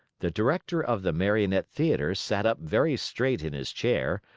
the director of the marionette theater sat up very straight in his chair,